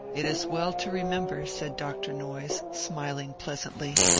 it is well to remember, said dr. noyes, smiling pleasantly,